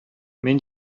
мин